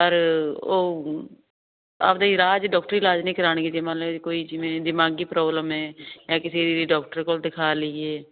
ਪਰ ਉਹ ਆਪਣੇ ਇਲਾਜ਼ ਡਾਕਟਰੀ ਇਲਾਜ ਨਹੀਂ ਕਰਾਉਣਗੇ ਜੇ ਮੰਨ ਲਓ ਕੋਈ ਜਿਵੇਂ ਦਿਮਾਗੀ ਪ੍ਰੋਬਲਮ ਹੈ ਜਾਂ ਕਿਸੇ ਦੀ ਡਾਕਟਰ ਕੋਲ ਦਿਖਾ ਲਈਏ